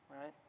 right